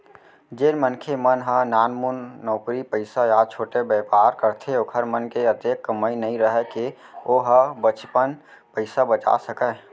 जेन मनखे मन ह नानमुन नउकरी पइसा या छोटे बयपार करथे ओखर मन के अतेक कमई नइ राहय के ओ ह बनेचपन पइसा बचा सकय